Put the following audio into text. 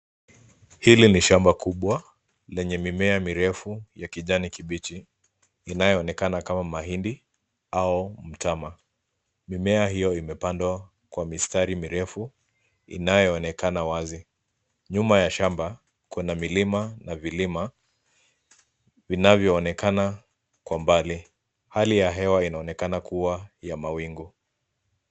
Hili ni shamba kubwa lenye mimea mirefu ya kijani kibichi inayoonekana kama mahindi au mtama. Mimea hiyo imepandwa kwa mistari mirefu inayoonekana wazi. Nyuma ya shamba kuna milima na vilima vinavyoonekana kwa mbali. Hali ya hewa inaonekana kuwa ya mawingu.